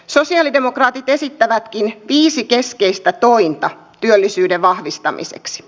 sosialidemokraatit esittävätkin viisi keskeistä tointa työllisyyden vahvistamiseksi